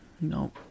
No